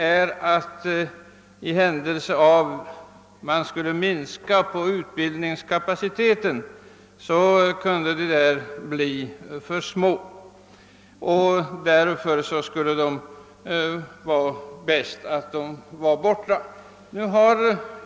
Ifall man skulle minska utbildningskapaciteten, säger han, kunde lärarhögskolorna bli för små. Därför skulle det vara bäst om de var borta.